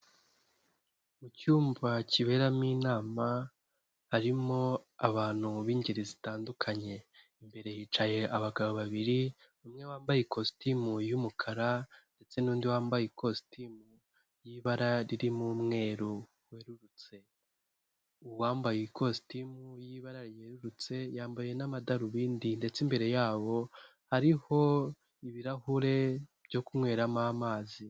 Mu cyumba kiberamo inama harimo abantu b'ingeri zitandukanye, imbere hicaye abagabo babiri umwe wambaye ikositimu y'umukara ndetse n'undi wambaye ikositimu y'ibara ririmo umweru werurutse, uwambaye ikositimu y'ibara ryerurutse yambaye n'amadarubindi ndetse imbere yabo hariho ibirahure byo kunyweramo amazi.